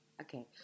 Okay